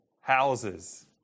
houses